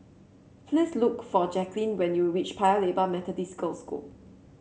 please look for Jaclyn when you reach Paya Lebar Methodist Girls' School